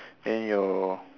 then your